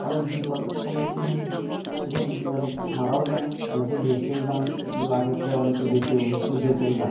অনেক বিপদের সম্মুখীন হতে হয় এদের রোগী মানে মারাও যান অনেকে বেঁচেও যান লাকে প্রায় অনেকে বেঁচেও বেঁচেও যান